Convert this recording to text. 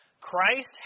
Christ